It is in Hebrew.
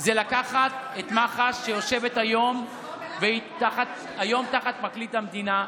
זה לקחת את מח"ש, שיושבת היום תחת פרקליט המדינה,